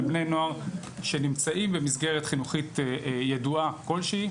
בני נוער שנמצאים במסגרת חינוכית ידועה כל שהיא,